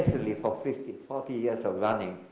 for fifty, forty years of running.